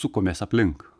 sukomės aplink